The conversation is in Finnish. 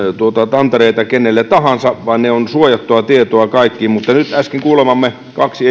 tantereita kenelle tahansa vaan ne ovat suojattua tietoa kaikki mutta nyt äsken kuulemamme kaksi